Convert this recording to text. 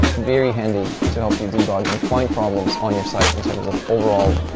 very handy to help you debug and find problems on your site in terms of overall